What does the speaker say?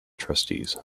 trustees